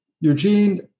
Eugene